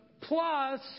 plus